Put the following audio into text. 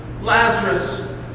Lazarus